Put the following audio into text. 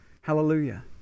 Hallelujah